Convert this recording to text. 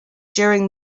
during